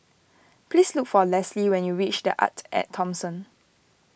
please look for Lesli when you reach the Arte at Thomson